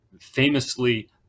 Famously